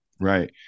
Right